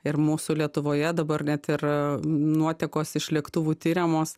ir mūsų lietuvoje dabar net ir a nuotekos iš lėktuvų tiriamos